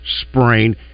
sprain